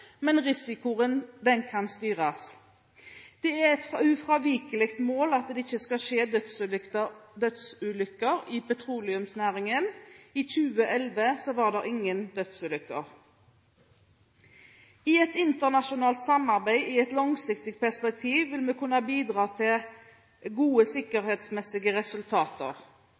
men risikoen kan styres. Det er et ufravikelig mål at det ikke skal skje dødsulykker i petroleumsnæringen. I 2011 var det ingen dødsulykker. Et internasjonalt samarbeid i et langsiktig perspektiv vil kunne bidra til gode sikkerhetsmessige resultater.